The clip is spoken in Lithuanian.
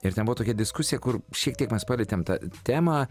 ir ten buvo tokia diskusija kur šiek tiek mes palietėm tą temą